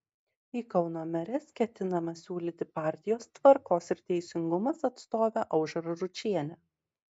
į kauno meres ketinama siūlyti partijos tvarkos ir teisingumas atstovę aušrą ručienę